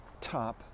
top